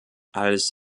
als